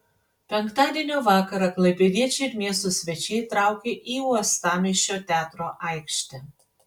penktadienio vakarą klaipėdiečiai ir miesto svečiai traukė į uostamiesčio teatro aikštę